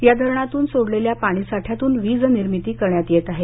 या धरणातून सोडलेल्या पाणी साठ्यातून वीज निर्मिती करण्यात येत आहे